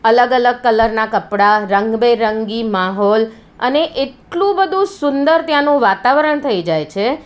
અલગ અલગ કલરનાં કપડાં રંગબેરંગી માહોલ અને એટલું બધું સુંદર ત્યાંનું વાતાવરણ થઈ જાય છે